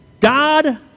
God